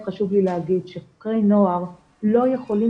חשוב לי להגיד שחוקרי נוער לא יכולים